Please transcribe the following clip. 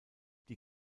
die